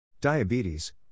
Diabetes